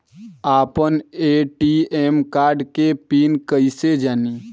आपन ATM card के PIN कईसे जानी?